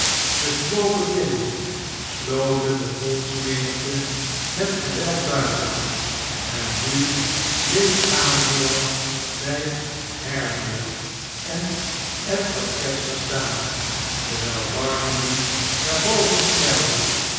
zij slopen binnen sloten de volksmenigte met geweld buiten en nu bleef gabriel bij haredale en edward chester staan terwijl barnaby naar boven snelde